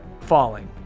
falling